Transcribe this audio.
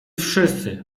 wszyscy